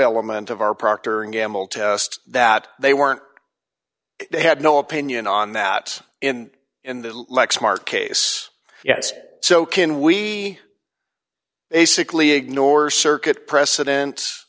element of our procter and gamble test that they weren't they had no opinion on that in in the lexmark case yes so can we basically ignore circuit preceden